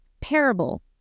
parable